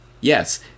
Yes